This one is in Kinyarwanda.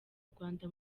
rwanda